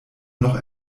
noch